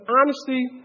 honesty